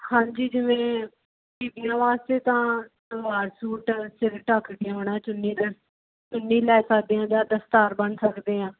ਹਾਂਜੀ ਜਿਵੇਂ ਬੀਬੀਆਂ ਵਾਸਤੇ ਤਾਂ ਸਲਵਾਰ ਸੂਟ ਸਿਰ ਢੱਕ ਕੇ ਆਉਣਾ ਚੁੰਨੀ ਲੈ ਚੁੰਨੀ ਲੈ ਸਕਦੇ ਹਾਂ ਜਾਂ ਦਸਤਾਰ ਬੰਨ੍ਹ ਸਕਦੇ ਹਾਂ